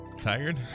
Tired